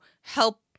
help